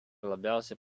labiausiai